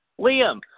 Liam